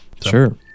sure